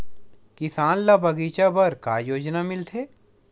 किसान ल बगीचा बर का योजना मिलथे?